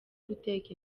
guteka